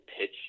pitch